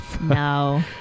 No